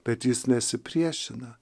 bet jis nesipriešina